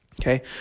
Okay